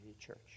Church